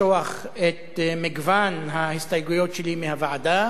לשטוח את מגוון ההסתייגויות שלי מהוועדה